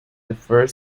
differ